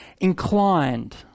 inclined